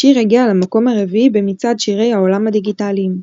השיר הגיע למקום הרביעי במצעד שירי העולם הדיגיטליים.